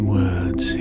words